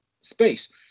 space